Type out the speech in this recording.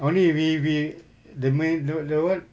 only we we the main the the what